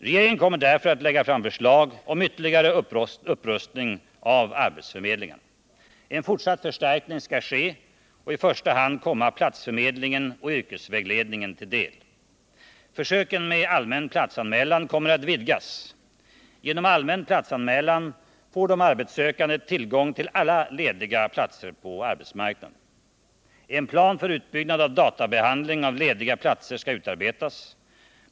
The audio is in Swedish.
Regeringen kommer därför att lägga förslag om ytterligare upprustning av arbetsförmedlingen: En fortsatt förstärkning skall ske och i första hand komma platsförmedlingen och yrkesvägledningen till del. Försöken med allmän platsanmälan kommer att vidgas. Genom allmän platsanmälan får de arbetssökande tillgång till alla lediga platser på arbetsmarknaden. En plan för utbyggnad av databehandling av lediga platser skall utarbetas.